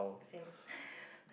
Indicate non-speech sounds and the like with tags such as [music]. same [laughs]